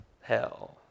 hell